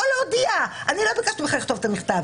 או להודיע אני לא ביקשתי ממך לכתוב את המכתב,